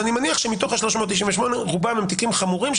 אני מניח שמתוך ה-398 רובם הם תיקים חמורים,